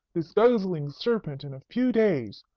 this guzzling serpent, in a few days!